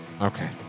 Okay